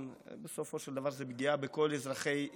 בסופו של דבר זו פגיעה בכל אזרחי ישראל.